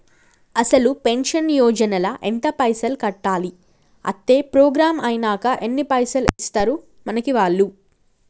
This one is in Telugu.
అటల్ పెన్షన్ యోజన ల ఎంత పైసల్ కట్టాలి? అత్తే ప్రోగ్రాం ఐనాక ఎన్ని పైసల్ ఇస్తరు మనకి వాళ్లు?